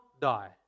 die